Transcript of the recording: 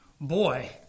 Boy